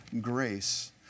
grace